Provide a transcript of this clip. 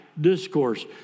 discourse